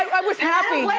i was happy.